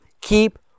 keep